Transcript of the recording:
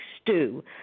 stew